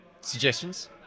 Suggestions